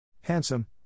Handsome